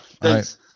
Thanks